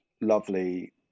lovely